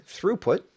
throughput